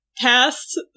past